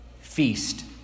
Feast